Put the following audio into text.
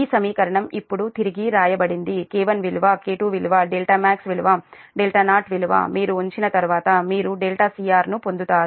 ఈ సమీకరణం ఇప్పుడు తిరిగి వ్రాయబడింది K1 విలువ K2 విలువ δmax విలువ δ0 విలువ మీరు ఉంచిన తర్వాత మీరు δcr ను పొందుతారు